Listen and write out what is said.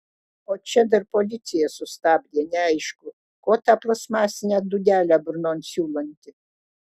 o čia dar policija sustabdė neaišku ko tą plastmasinę dūdelę burnon siūlanti